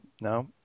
No